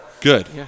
Good